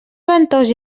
ventós